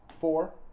Four